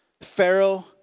Pharaoh